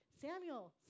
Samuel